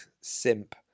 simp